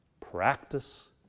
practice